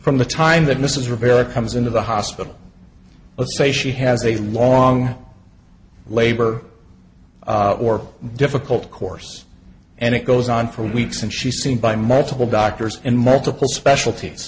from the time that mrs rivera comes into the hospital let's say she has a long labor or difficult course and it goes on for weeks and she's seen by multiple doctors in multiple special